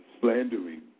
slandering